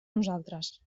nosaltres